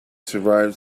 survived